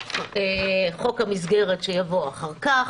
חוק המסגרת שיבוא אחר כך.